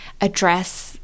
address